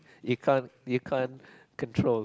you can't you can't control